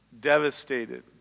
devastated